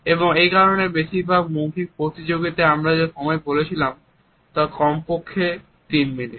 এবং এই কারণে বেশিরভাগ মৌখিক প্রতিযোগিতায় আমরা যা সময় বলেছিলাম তা কমপক্ষে 3 মিনিট